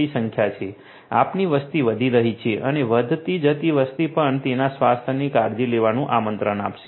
આપણી વસ્તી વધી રહી છે અને વધતી જતી વસ્તી પણ તેમના સ્વાસ્થ્યની કાળજી લેવાનું આમંત્રણ આપશે